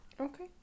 Okay